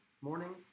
morning